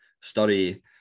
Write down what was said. study